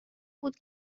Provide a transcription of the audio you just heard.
بود